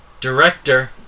director